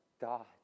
God